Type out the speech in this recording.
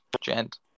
Gent